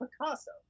Picasso